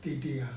弟弟啊